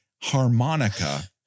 harmonica